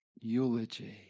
eulogy